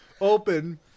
open